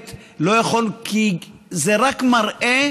זה רק מראה